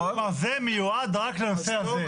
כלומר זה מיועד רק לנושא הזה.